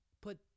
put